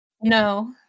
No